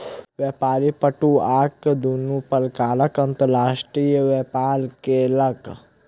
व्यापारी पटुआक दुनू प्रकारक अंतर्राष्ट्रीय व्यापार केलक